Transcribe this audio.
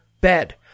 bed